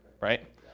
right